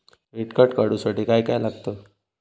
Credit card काढूसाठी काय काय लागत?